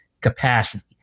capacity